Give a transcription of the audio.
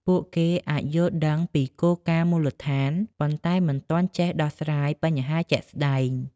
ពួកគេអាចយល់ដឹងពីគោលការណ៍មូលដ្ឋាន ប៉ុន្តែមិនទាន់ចេះដោះស្រាយបញ្ហាជាក់ស្តែង។